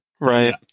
Right